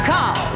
Call